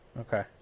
Okay